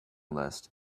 list